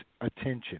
attention